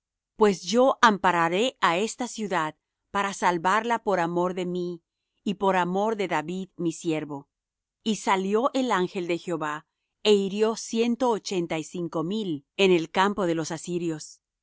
pues yo ampararé á esta ciudad para salvarla por amor de mí y por amor de david mi siervo y salió el ángel de jehová é hirió ciento ochenta y cinco mil en el campo de los asirios